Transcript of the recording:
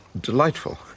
delightful